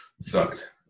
sucked